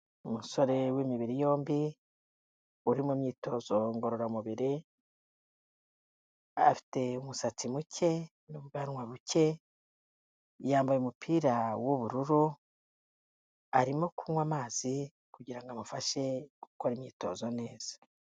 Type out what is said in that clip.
Umusore w'imibiri yombi, uri mu myitozo ngororamubiri, afite umusatsi muke n'ubwanwa buke, yambaye umupira w'ubururu, arimo kunywa amazi kugira ngo amufashe gukora imyitozo neza.